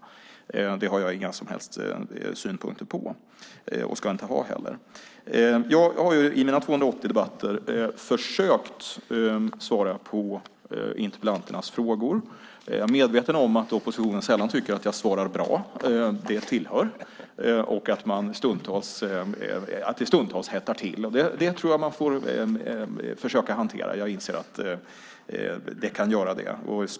Det har jag inga som helst synpunkter på och ska inte heller ha. Jag har i mina 280 debatter försökt svara på interpellanternas frågor. Jag är medveten om att oppositionen sällan tycker att jag svarar bra - det hör till - och att det stundtals hettar till. Det får man försöka hantera. Jag inser att det kan ske.